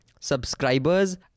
subscribers